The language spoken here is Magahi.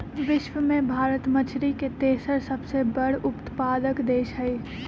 विश्व में भारत मछरी के तेसर सबसे बड़ उत्पादक देश हई